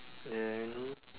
then